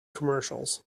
commercials